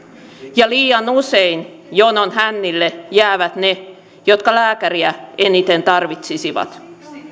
ja liian usein jonon hännille jäävät ne jotka lääkäriä eniten tarvitsisivat